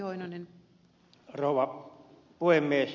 arvoisa rouva puhemies